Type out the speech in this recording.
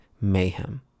mayhem